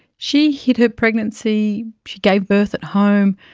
she hid her pregnancy, she gave birth at home,